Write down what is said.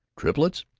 triplets?